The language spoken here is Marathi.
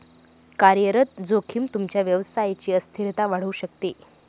कार्यरत जोखीम तुमच्या व्यवसायची अस्थिरता वाढवू शकते